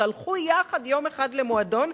שהלכו יחד יום אחד למועדון,